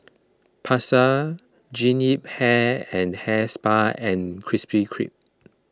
Pasar Jean Yip Hair and Hair Spa and Krispy Kreme